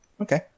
Okay